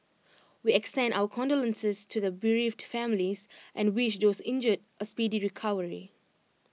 we extend our condolences to the bereaved families and wish those injured A speedy recovery